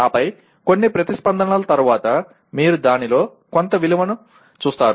ఆపై కొన్ని ప్రతిస్పందనల తరువాత మీరు దానిలో కొంత విలువను చూస్తారు